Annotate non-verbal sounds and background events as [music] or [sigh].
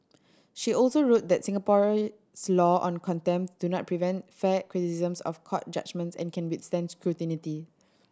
she also wrote that Singapore's law on contempt do not prevent fair criticisms of court judgement [unintelligible] and can withstand scrutiny